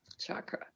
chakra